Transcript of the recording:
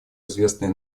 известные